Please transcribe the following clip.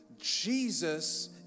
Jesus